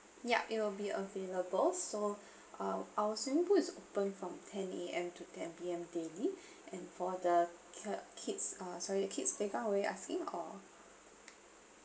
ya it'll be available so uh our swimming pool is open from ten A_M to ten P_M daily and for the ki~ kids uh sorry kids asking or